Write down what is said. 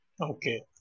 Okay